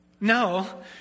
No